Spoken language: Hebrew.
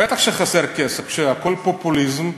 בטח שחסר כסף כשהכול פופוליזם.